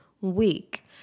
week